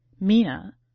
Mina